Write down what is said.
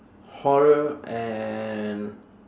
horror and